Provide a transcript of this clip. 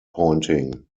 pointing